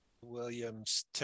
Williams